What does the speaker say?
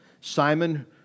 Simon